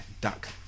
Duck